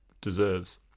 deserves